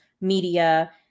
media